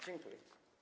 Dziękuję.